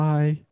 Bye